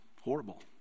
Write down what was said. horrible